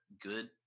good